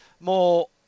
more